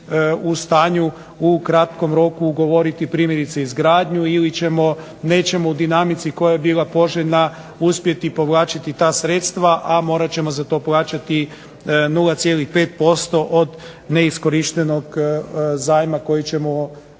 u stanju u kratkom roku ugovoriti primjerice izgradnju, ili ćemo, nećemo u dinamici koja je bila poželjna uspjeti povlačiti ta sredstva, a morat ćemo za to plaćati 0,5% od neiskorištenog zajma koji ćemo ugovoriti